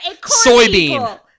Soybean